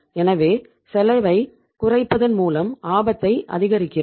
எனவே செலவைக் குறைப்பதன் மூலம் ஆபத்தை அதிகரிக்கிறோம்